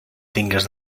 tingues